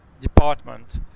department